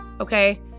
Okay